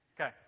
Okay